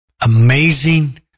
amazing